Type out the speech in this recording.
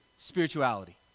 Spirituality